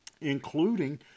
including